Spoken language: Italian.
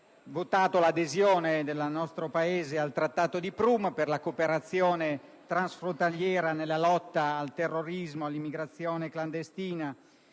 votato l'adesione del nostro Paese al Trattato di Prum per la cooperazione transfrontaliera nella lotta al terrorismo e all'immigrazione clandestina;